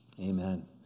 Amen